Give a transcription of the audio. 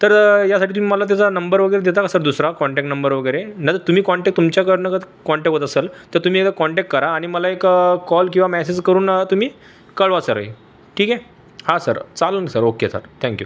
तर यासाठी तुम्ही मला त्याचा नंबर वगैरे देता का सर दुसरा कॉन्टॅक्ट नंबर वगैरे नाही तर तुम्ही कॉन्टॅक्ट तुमच्याकडनं जर कॉन्टॅक्ट होत असेल तर तुम्ही एकदा कॉन्टॅक्ट करा आणि मला एक कॉल किंवा मॅसेज करून तुम्ही कळवा सर हे ठीक आहे हां सर चालंन सर ओके सर थँक्यू